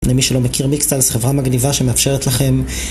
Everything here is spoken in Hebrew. למי שלא מכיר ביקסלס, חברה מגניבה שמאפשרת לכם